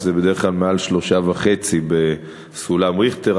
שזה בדרך כלל מעל 3.5 בסולם ריכטר,